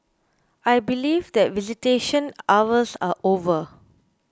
I believe that visitation hours are over